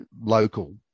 local